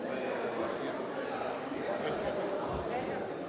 לא הכנו עדיין את מקומו של חבר הכנסת דואן.